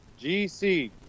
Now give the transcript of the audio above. GC